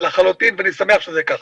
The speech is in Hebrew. ואני שמח שזה כך.